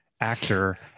actor